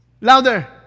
Louder